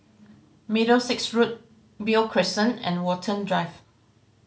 Middlesex Road Beo Crescent and Watten Drive